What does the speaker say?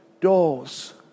doors